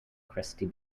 crusty